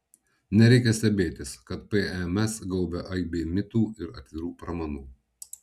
nereikia stebėtis kad pms gaubia aibė mitų ir atvirų pramanų